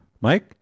Mike